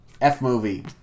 F-movie